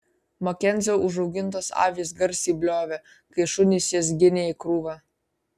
makenzio užaugintos avys garsiai bliovė kai šunys jas ginė į krūvą